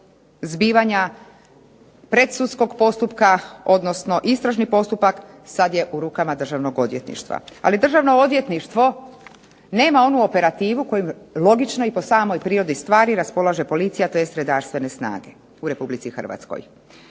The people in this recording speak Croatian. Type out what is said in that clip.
zbivanja predsutskog postupka odnosno istražni postupak sad je u rukama Državnog odvjetništva. Ali Državno odvjetništvo nema onu operativu kojom logično i po samoj prirodi stvari raspolaže policija, tj. redarstvene snage u Republici Hrvatskoj.